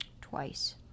twice